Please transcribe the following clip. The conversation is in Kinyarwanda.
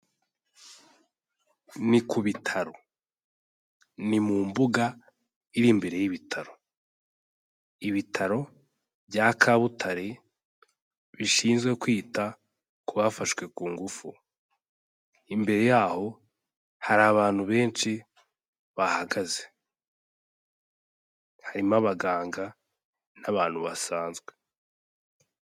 Ni ku bitaro. Ni mu mbuga iri imbere y'ibitaro. Ibitaro bya Kabutare bishinzwe kwita ku bafashwe ku ngufu. Imbere yaho hari abantu benshi bahagaze. Harimo abaganga n'abantu basanzwe.